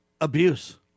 abuse